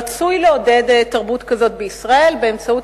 רצוי לעודד תרבות כזאת בישראל באמצעות